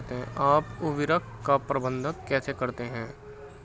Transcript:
आप उर्वरक का प्रबंधन कैसे करते हैं?